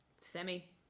Semi